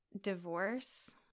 divorce